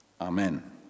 amen